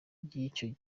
y’icyo